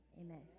amen